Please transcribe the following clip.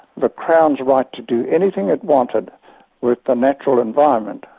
the crown's right to do anything it wanted with the natural environment,